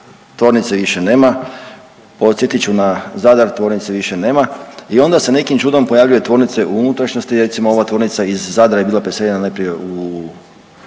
tvornice više nema. Podsjetit ću na Zadar, tvornice više nema i onda se nekim čudom pojavljuje tvornice u unutrašnjosti. Recimo ova tvornica iz Zadra je bila preseljena najprije u